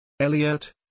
Elliot